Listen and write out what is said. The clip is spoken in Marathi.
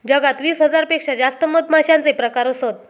जगात वीस हजार पेक्षा जास्त मधमाश्यांचे प्रकार असत